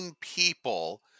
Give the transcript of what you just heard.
people